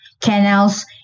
canals